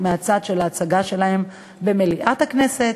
מהצד של ההצגה שלהם במליאת הכנסת,